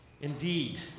Indeed